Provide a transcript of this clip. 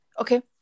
Okay